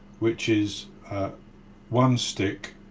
which is one stick,